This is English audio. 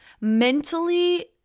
mentally